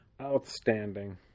Outstanding